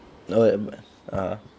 no but ah